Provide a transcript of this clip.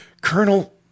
Colonel